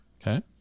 Okay